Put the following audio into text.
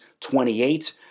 28